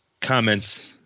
comments